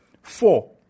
four